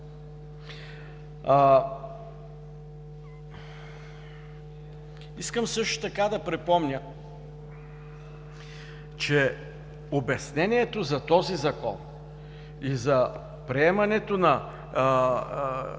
Искам също така да припомня, че обяснението за този Закон и за приемането на